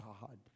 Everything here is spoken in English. God